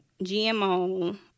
GMO